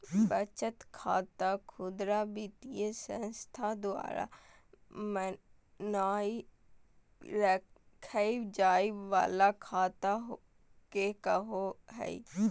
बचत खाता खुदरा वित्तीय संस्था द्वारा बनाल रखय जाय वला खाता के कहो हइ